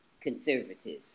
conservative